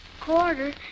quarter